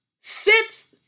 sits